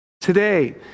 today